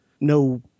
no